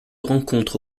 rencontre